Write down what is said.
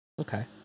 Okay